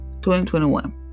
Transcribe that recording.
2021